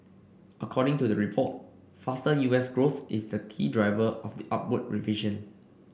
according to the report faster U S growth is the key driver of the upward revision